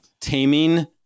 taming